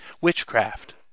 Witchcraft